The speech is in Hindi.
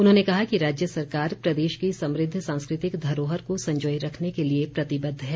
उन्होंने कहा कि राज्य सरकार प्रदेश की समृद्ध सांस्कृतिक धरोहर को संजाए रखने के लिए प्रतिबद्ध है